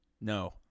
no